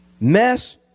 mess